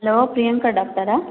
hello Priyanka ಡಾಕ್ಟರಾ